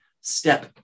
step